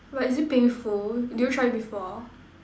but is it painful did you try it before